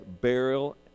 burial